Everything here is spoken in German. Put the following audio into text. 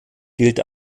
gilt